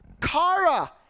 Kara